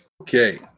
Okay